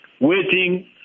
Waiting